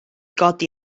godi